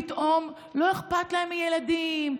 פתאום לא אכפת להם מילדים,